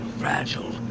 fragile